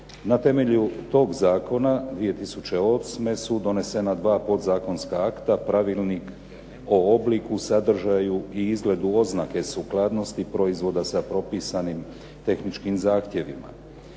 Na temelju toga zakona 2008. su donesena dva podzakonska akta, pravilnik o obliku, sadržaju i izgledu oznake sukladnosti proizvoda sa propisanim tehničkim zahtjevima.